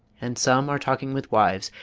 and some are talking with wives,